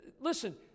listen